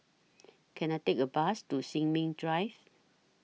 Can I Take A Bus to Sin Ming Drive